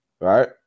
right